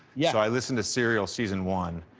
yeah i listened to serial season one,